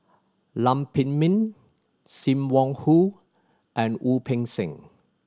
Lam Pin Min Sim Wong Hoo and Wu Peng Seng